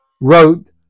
wrote